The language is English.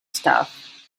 stuff